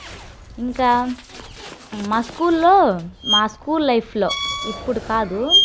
ఇంకా మా స్కూల్లో మా స్కూల్ లైఫ్లో ఇప్పుడు కాదు